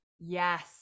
Yes